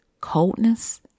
coldness